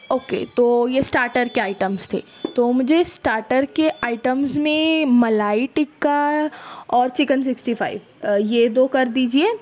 okay تو یہ starter کے آئٹمس تھے تو مجھے اسٹارٹر کے آئٹمز میں ملائی تکہ اور چکن سکسٹی فائف یہ دو کر دیجیے